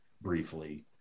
briefly